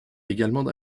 également